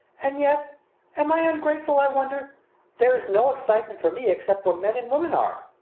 and yet am i ungrateful, i wonder there's no excitement for me except where men and women are.